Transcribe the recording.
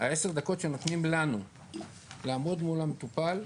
העשר דקות שנותנים לנו לעמוד מול המטופל,